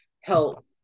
help